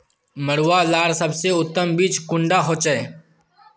मरुआ लार सबसे उत्तम बीज कुंडा होचए?